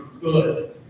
good